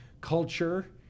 culture